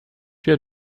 wir